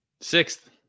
Sixth